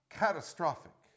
catastrophic